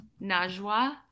Najwa